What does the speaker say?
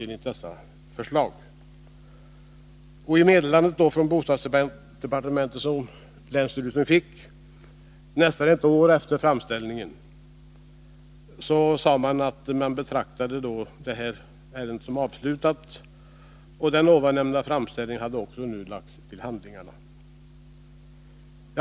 I meddelandet från bostadsdepartementet, som länsstyrelsen fick nästan ett år efter framställningen, sade regeringen att man betraktade ärendet som avslutat och att den nämnda framställningen nu hade lagts till handlingarna.